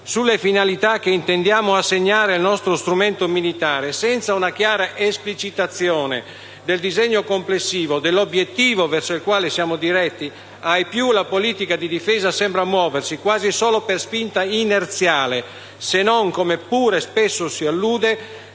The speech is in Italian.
sulle finalità che intendiamo assegnare al nostro strumento militare, senza una chiara esplicitazione del disegno complessivo, dell'obiettivo verso il quale siamo diretti, ai più la politica di difesa sembra muoversi quasi solo per spinta inerziale ed essere, come pure spesso si allude,